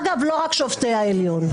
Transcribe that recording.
אגב, לא רק שופטי העליון.